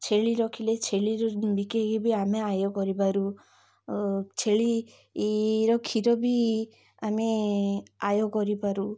ଛେଳି ରଖିଲେ ଛେଳିରୁ ବିକି କି ବି ଆମେ ଆୟ କରିପାରୁ ଛେଳିର କ୍ଷୀର ବି ଆମେ ଆୟ କରିପାରୁ